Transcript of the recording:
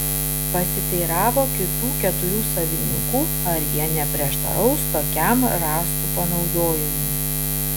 pasiteiravo kitų keturių savininkų ar jie neprieštaraus tokiam rąstų panaudojimui